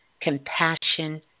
compassion